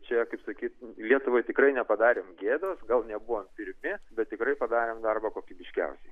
čia kaip sakyt lietuvai tikrai nepadarėm gėdos gal nebuvom pirmi bet tikrai padarėm darbą kokybiškiausiai